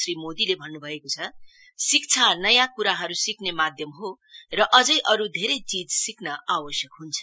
श्री मोदीले भन्नु भएको छ शिक्षा नयाँ कुराहरु सिक्ने माध्यम हो र अझै अरु धेरै चीज सिक्न आवश्यक हुन्छ